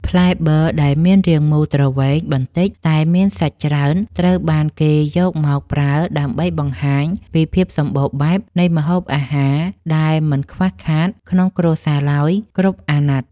ផ្លែប័រដែលមានរាងមូលទ្រវែងបន្តិចតែមានសាច់ច្រើនត្រូវបានគេយកមកប្រើដើម្បីបង្ហាញពីភាពសម្បូរបែបនៃម្ហូបអាហារដែលមិនខ្វះខាតក្នុងគ្រួសារឡើយគ្រប់អាណត្តិ។